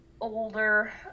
older